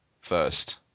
first